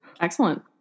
Excellent